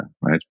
right